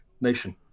nation